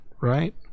right